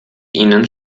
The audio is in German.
ihnen